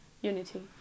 unity